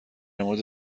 مورد